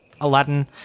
Aladdin